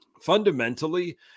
fundamentally